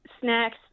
snacks